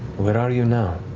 where are you now?